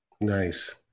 Nice